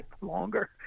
longer